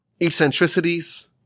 eccentricities